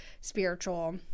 spiritual